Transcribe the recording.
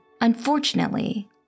Unfortunately